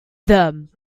them